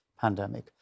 pandemic